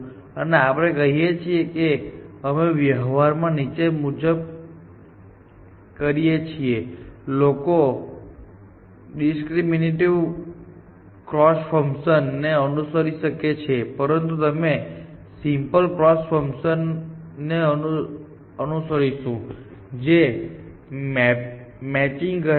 અને આપણે કહીએ કે અમે વ્યવહારમાં નીચે મુજબ કરીએ છીએલોકો ડિસ્ક્રિમિનતીવ કોસ્ટ ફંકશન ને અનુસરી શકે છે પરંતુ અમે સિમ્પલ કોસ્ટ ફંકશન ને અનુસરીશું જે મેચિંગ કહે છે